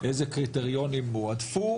איזה קריטריונים הועדפו,